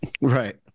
Right